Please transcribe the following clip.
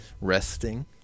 resting